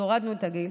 אז הורדנו את הגיל,